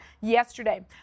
yesterday